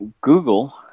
Google